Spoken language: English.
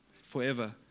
forever